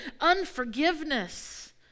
unforgiveness